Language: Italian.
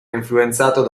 influenzato